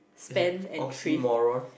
as in oxymoron